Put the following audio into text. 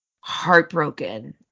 heartbroken